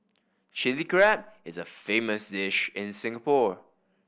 Chilli Crab is a famous dish in Singapore